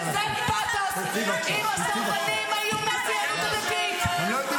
מדבר בכזה פתוס אם הסרבנים היו מהציונות הדתית -- (חברת